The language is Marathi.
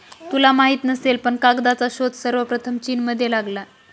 तुला माहित नसेल पण कागदाचा शोध सर्वप्रथम चीनमध्ये लागला